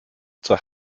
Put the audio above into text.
zur